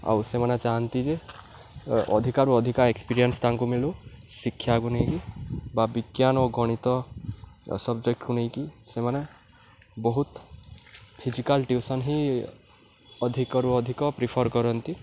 ଆଉ ସେମାନେ ଚାହାଁନ୍ତି ଯେ ଅଧିକାରୁ ଅଧିକା ଏକ୍ସପିରିଏନ୍ସ ତାଙ୍କୁ ମିଳୁ ଶିକ୍ଷାକୁ ନେଇକି ବା ବିଜ୍ଞାନ ଓ ଗଣିତ ସବଜେକ୍ଟକୁ ନେଇକି ସେମାନେ ବହୁତ ଫିଜିକାଲ୍ ଟିଉସନ୍ ହିଁ ଅଧିକରୁ ଅଧିକ ପ୍ରିଫର କରନ୍ତି